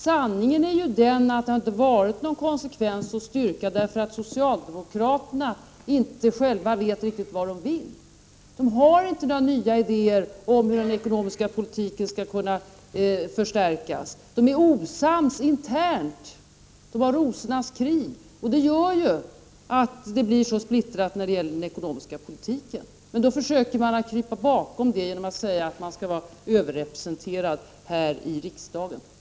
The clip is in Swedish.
Sanningen är ju den, att det inte har varit någon konsekvens och styrka därför att socialdemokraterna inte själva vet riktigt vad de vill! De har inte några nya idéer om hur den ekonomiska politiken skall kunna förstärkas. De är osams internt. De har rosornas krig. Det är detta som gör att den ekonomiska politiken blir så splittrad. Men då försöker man krypa undan detta genom att säga att man skall vara överrepresenterad här i riksdagen.